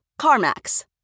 CarMax